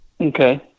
Okay